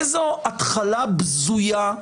איזו התחלה בזויה,